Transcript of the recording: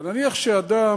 אז נניח שאדם